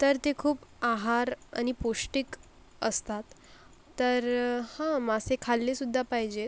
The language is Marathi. तर ते खूप आहार आणि पौष्टिक असतात तर हां मासे खाल्लेसुद्धा पाहिजेत